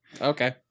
Okay